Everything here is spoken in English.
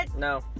No